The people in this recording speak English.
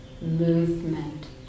movement